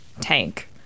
tank